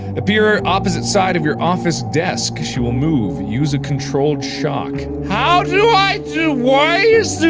appear opposite side of your office desk. she will move. use a controlled shock. how do i do, why is the